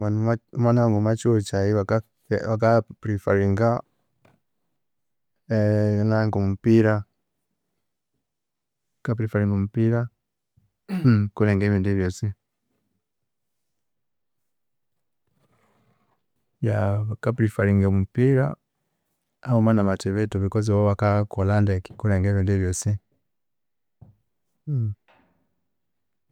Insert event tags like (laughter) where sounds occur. Banamwa mwa kyihughu kyayi bakapreferinga (hesitation) omupira ka preferinga omupira, (coughs) kulenge ebindi byosi. Yeah bakapreferinga omupira hawuma namathibitho because wawakakolha ndeke kulenge nebindi byosi (hesitation)